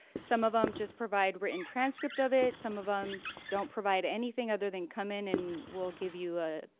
some of them just provide written transcript of it, some of them don't provide anything other than come in and we'll give you a